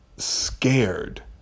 scared